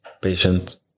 patient